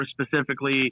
specifically